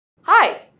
Hi